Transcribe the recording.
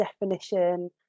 definition